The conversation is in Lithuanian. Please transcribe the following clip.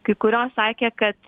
kai kurios sakė kad